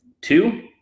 Two